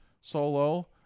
Solo